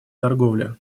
торговле